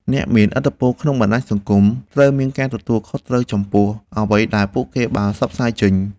អ្នកមានឥទ្ធិពលក្នុងបណ្តាញសង្គមត្រូវមានការទទួលខុសត្រូវខ្ពស់ចំពោះអ្វីដែលពួកគេបានផ្សព្វផ្សាយចេញ។